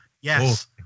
yes